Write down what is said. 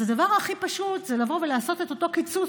אז הדבר הכי פשוט זה לבוא ולעשות את אותו קיצוץ